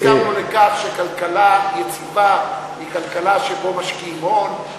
הסכמנו לכך שכלכלה יציבה היא כלכלה שבה משקיעים הון.